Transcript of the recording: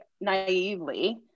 naively